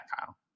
Kyle